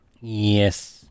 Yes